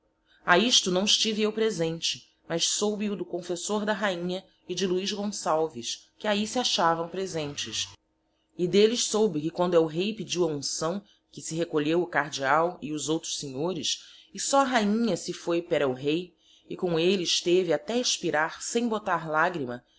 a isto naõ estive eu presente mas soube o do confessor da rainha e de luiz gonçalves que ahi se achavão presentes e delles soube que quando el rei pedio a unçaõ que se recolheo o cardeal e os outros senhores e só a rainha se foi pera el rei e com elle esteve até espirar sem botar lagrima